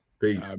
Peace